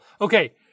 Okay